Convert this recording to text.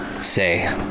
Say